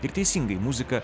ir teisingai muzika